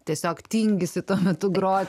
tiesiog tingisi tuo metu grot